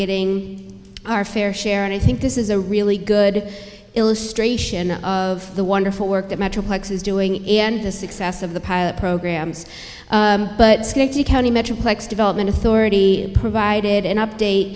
getting our fair share and i think this is a really good illustration of the wonderful work that metroplex is doing and the success of the pilot programs but the metroplex development authority provided an update